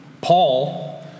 Paul